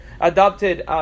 adopted